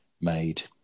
made